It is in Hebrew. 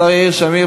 השר יאיר שמיר,